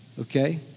Okay